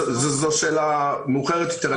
זו שאלה מאוחרת יותר.